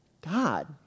God